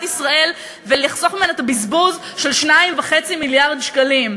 ישראל ולחסוך ממנה את הבזבוז של 2.5 מיליארד שקלים.